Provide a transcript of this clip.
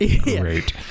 Great